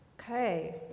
Okay